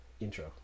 intro